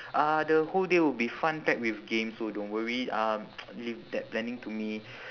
uh the whole day will be fun packed with games so don't worry um leave that planning to me